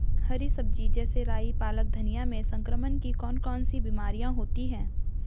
हरी सब्जी जैसे राई पालक धनिया में संक्रमण की कौन कौन सी बीमारियां होती हैं?